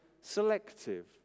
selective